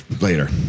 Later